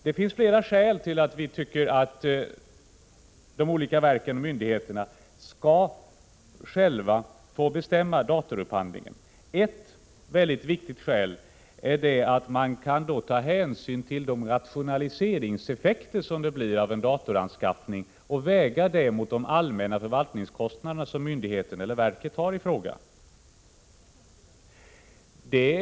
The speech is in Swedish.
Det finns flera skäl till att vi moderater tycker att de olika verken och myndigheterna själva skall få bestämma datorupphandlingen. Ett mycket viktigt skäl är att de kan ta hänsyn till de rationaliseringseffekter som en datoranskaffning ger och väga dem mot de allmänna förvaltningskostnader som myndigheten eller verket i fråga har.